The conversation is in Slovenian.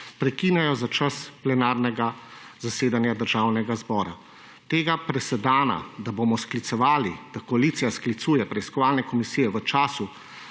prekineta za čas plenarnega zasedanja Državnega zbora. Tega presedana, da koalicija sklicuje preiskovalne komisije v času